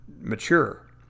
mature